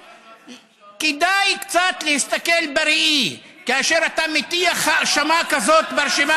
כדאי קצת להסתכל בראי כאשר אתה מטיח האשמה כזאת ברשימה